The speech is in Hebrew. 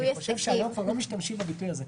אני חושב שהיום כבר לא משתמשים בביטוי הזה.